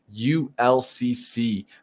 ulcc